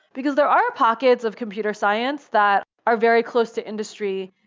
because there are pockets of computer science that are very close to industry,